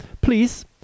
please